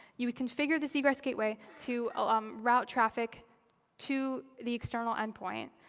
you would configure this egress gateway to um route traffic to the external endpoint.